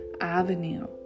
avenue